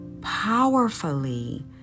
powerfully